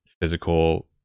physical